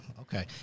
okay